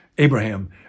Abraham